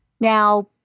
Now